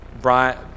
Brian